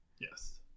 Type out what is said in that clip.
Yes